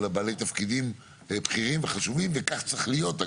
בעלי תפקידים בכירים וחשובים וכך צריך להיות,